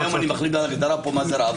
אם היום אני מחליט פה בהגדרה מה זה רב?